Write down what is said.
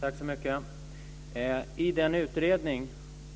Fru talman! I den utredning